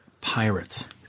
pirates